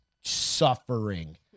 suffering